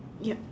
yup